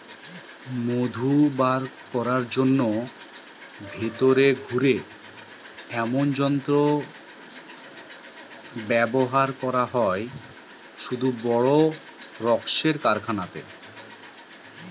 মধু বার কোরার জন্যে ভিতরে ঘুরে এমনি যন্ত্র ব্যাভার করা হয় শুধু বড় রক্মের কারখানাতে